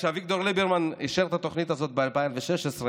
כשאביגדור ליברמן אישר את התוכנית הזאת ב-2016,